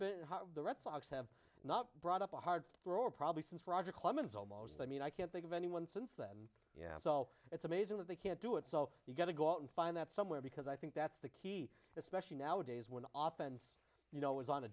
been the red sox have not brought up a hard thrower probably since roger clemens almost i mean i can't think of anyone since then you know so it's amazing that they can't do it so you've got to go out and find that somewhere because i think that's the key especially nowadays when often you know is on